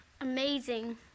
Amazing